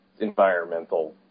environmental